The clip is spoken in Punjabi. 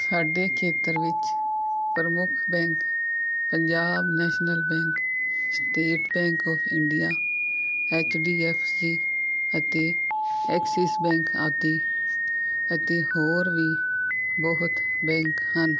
ਸਾਡੇ ਖੇਤਰ ਵਿੱਚ ਪ੍ਰਮੁੱਖ bank Punjab national bank state bank of India H D F C ਅਤੇ ਐਕਸਿਸ ਬੈਂਕ ਆਦਿ ਅਤੇ ਹੋਰ ਵੀ ਬਹੁਤ ਬੈਂਕ ਹਨ